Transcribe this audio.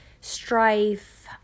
strife